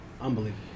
unbelievable